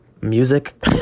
music